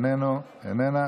איננה,